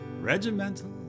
regimental